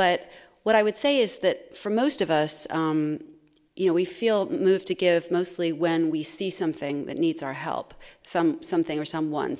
but what i would say is that for most of us you know we feel moved to give mostly when we see something that needs our help some something or someone